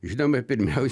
žinoma pirmiaus